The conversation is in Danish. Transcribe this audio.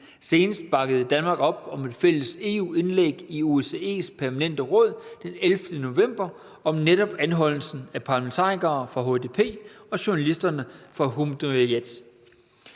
Senest bakkede Danmark op om et fælles EU-indlæg i OSCE's Permanente Råd den 11. november om netop anholdelsen af parlamentarikere fra HDP og journalisterne fra Cumhuriyet.